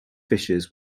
fishes